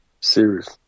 Serious